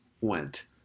went